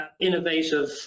innovative